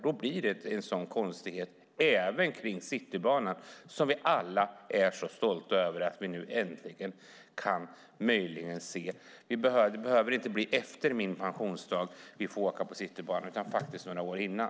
Då blir det konstigt. Det gäller även Citybanan, som vi alla är så stolta över att vi äntligen kanske kan se. Det behöver inte bli efter min pensionsdag som vi får åka på Citybanan utan faktiskt några år innan.